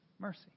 mercy